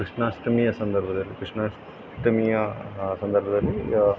ಕೃಷ್ಣಾಷ್ಟಮಿಯ ಸಂದರ್ಭದಲ್ಲಿ ಕೃಷ್ಣಾಷ್ಟಮಿಯ ಸಂದರ್ಭದಲ್ಲಿ